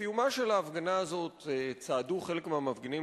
בסיומה של ההפגנה הזאת צעדו חלק מהמפגינים